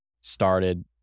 started